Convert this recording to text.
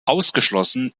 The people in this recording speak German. ausgeschlossen